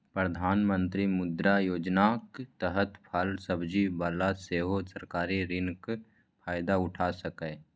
प्रधानमंत्री मुद्रा योजनाक तहत फल सब्जी बला सेहो सरकारी ऋणक फायदा उठा सकैए